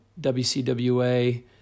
WCWA